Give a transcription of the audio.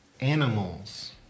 animals